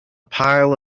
pile